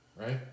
right